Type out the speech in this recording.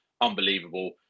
unbelievable